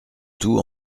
tout